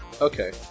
Okay